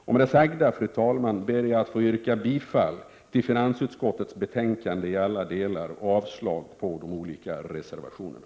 Med det sagda, fru talman, ber jag att få yrka bifall till hemställan i finansutskottets betänkande i alla delar och avslag på de olika reservationerna.